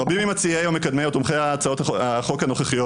רבים הם מציעי או מקדמי או תומכי הצעות החוק הנוכחיות.